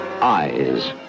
Eyes